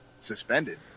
suspended